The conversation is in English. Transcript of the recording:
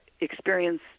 experience